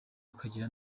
akagira